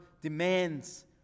demands